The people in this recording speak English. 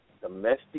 domestic